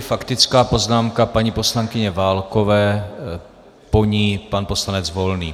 Faktická poznámka paní poslankyně Válkové, po ní pan poslanec Volný.